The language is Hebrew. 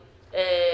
רובע ב' באשדוד,